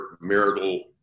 marital